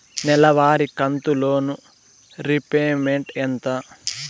నెలవారి కంతు loan repayment ఎంత?